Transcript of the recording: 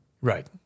Right